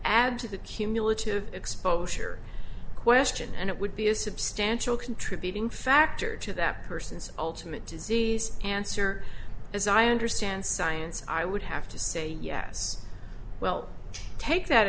add to the cumulative exposure question and it would be a substantial contributing factor to that person's ultimate disease cancer as i understand science i would have to say yes well take that